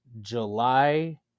July